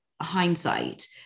hindsight